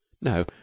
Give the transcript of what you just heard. No